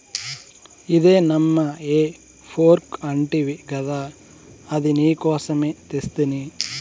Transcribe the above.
ఇదే నమ్మా హే ఫోర్క్ అంటివి గదా అది నీకోసమే తెస్తిని